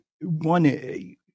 one